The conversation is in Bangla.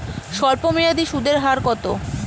স্বল্পমেয়াদী সুদের হার কত?